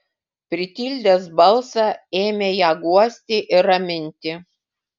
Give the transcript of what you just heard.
pritildęs balsą ėmė ją guosti ir raminti